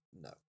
no